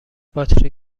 باتری